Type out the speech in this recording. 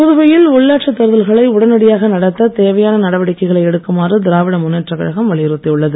புதுவையில் உள்ளாட்சி தேர்தல்களை உடனடியாக நடத்த தேவையான நடவடிக்கைகளை எடுக்குமாறு திராவிட முன்னேற்ற கழகம் வலியுறுத்தி உள்ளது